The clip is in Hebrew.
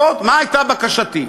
מה הייתה בקשתי?